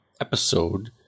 episode